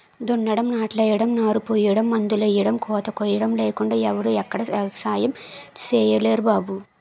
దున్నడం, నాట్లెయ్యడం, నారుపొయ్యడం, మందులెయ్యడం, కోతకొయ్యడం లేకుండా ఎవడూ ఎక్కడా ఎగసాయం సెయ్యలేరు బాబూ